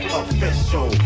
official